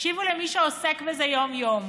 תקשיבו למי שעוסק בזה יום-יום.